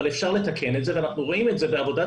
אבל אפשר לתקן את זה ואנחנו רואים את זה בעבודת